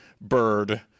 bird